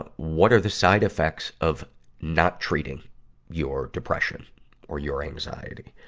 ah what are the side effects of not treating your depression or your anxiety?